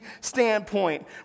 standpoint